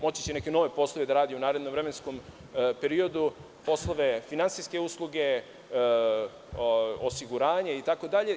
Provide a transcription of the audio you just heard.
Moći će neke nove poslove da radi u narednom vremenskom periodu, poslove finansijske usluge, osiguranja, itd.